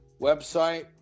website